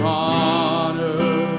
honor